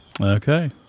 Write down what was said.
Okay